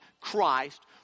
Christ